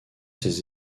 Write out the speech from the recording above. ces